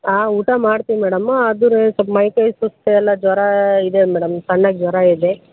ಹಾಂ ಊಟ ಮಾಡ್ತೀವಿ ಮೇಡಮ್ಮ ಆದರೂ ಸ್ವಲ್ಪ ಮೈಕೈ ಸುಸ್ತು ಎಲ್ಲ ಜ್ವರ ಇದೆ ಮೇಡಮ್ ಸಣ್ಣಗೆ ಜ್ವರ ಇದೆ